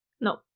No